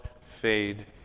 fade